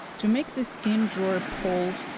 to make the thin drawer pulls,